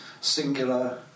singular